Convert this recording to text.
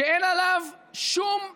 שאין עליו שום מגבלה.